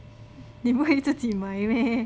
你不可以自己买 meh